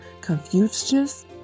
Confucius